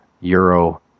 Euro